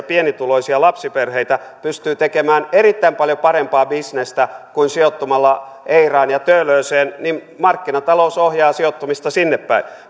pienituloisia lapsiperheitä pystyy tekemään erittäin paljon parempaa bisnestä kuin sijoittumalla eiraan ja töölööseen niin markkinatalous ohjaa sijoittumista sinnepäin